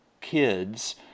kids